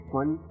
one